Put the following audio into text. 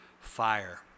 fire